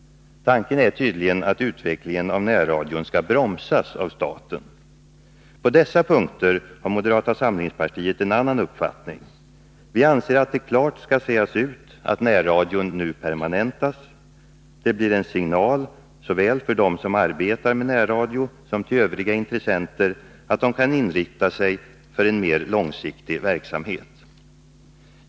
Tanken är tydligen att utvecklingen av närradion skall bromsas av staten. På dessa punkter har moderata samlingspartiet en annan uppfattning. Vi anser att det klart skall sägas ut, att närradion nu permanentas. Det blir en signal, såväl till dem som arbetar med närradio som till övriga intressenter, att de kan inrätta sig för en mer långsiktig verksamhet.